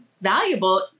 valuable